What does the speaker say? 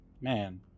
Man